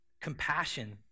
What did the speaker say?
compassion